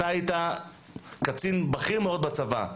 אתה היית קצין בכיר מאוד בצבא,